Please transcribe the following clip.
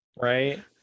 Right